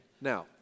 Now